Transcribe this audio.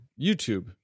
youtube